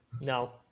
No